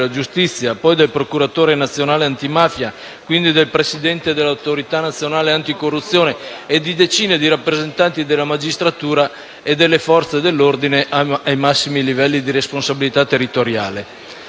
giustizia e, poi, del Procuratore nazionale antimafia, del Presidente dell'Autorità nazionale anticorruzione e di decine di rappresentanti della magistratura e delle Forze dell'ordine ai massimi livelli di responsabilità territoriale.